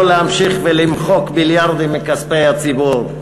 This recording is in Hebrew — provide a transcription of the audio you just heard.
להמשיך ולמחוק מיליארדים מכספי הציבור.